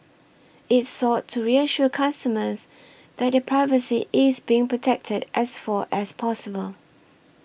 it sought to reassure customers that their privacy is being protected as for as possible